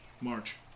March